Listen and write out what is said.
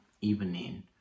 evening